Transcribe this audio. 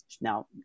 Now